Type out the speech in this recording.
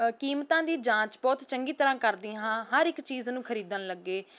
ਕੀਮਤਾਂ ਦੀ ਜਾਂਚ ਬਹੁਤ ਚੰਗੀ ਤਰ੍ਹਾਂ ਕਰਦੀ ਹਾਂ ਹਰ ਇੱਕ ਚੀਜ਼ ਨੂੰ ਖਰੀਦਣ ਲੱਗੇ